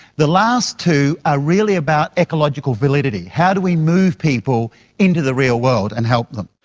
the last two are really about ecological validity. how do we move people into the real world and help them?